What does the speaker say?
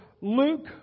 Luke